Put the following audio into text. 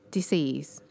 Disease